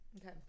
okay